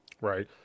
right